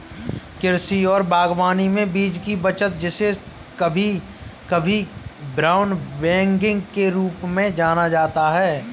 कृषि और बागवानी में बीज की बचत जिसे कभी कभी ब्राउन बैगिंग के रूप में जाना जाता है